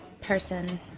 person